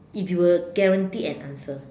if you were guaranteed an answer